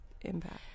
impact